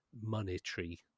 monetary